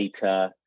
data